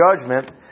judgment